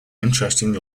interesting